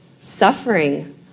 suffering